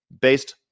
based